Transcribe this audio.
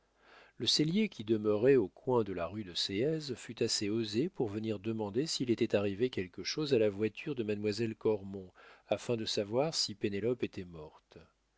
le sellier qui demeurait au coin de la rue de séez fut assez osé pour venir demander s'il était arrivé quelque chose à la voiture de mademoiselle cormon afin de voir si pénélope était morte